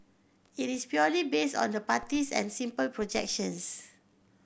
it is purely based on the parties and simple projections